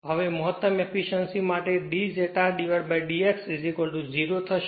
હવે મહત્તમ એફીશ્યંસી માટે d zeta dx 0 થશે